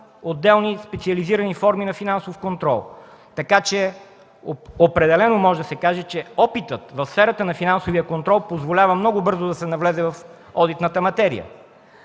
отделни специализирани форми на финансов контрол. Така че определено може да се каже, че опитът в сферата на финансовия контрол позволява много бързо да се навлезе в одитната материя.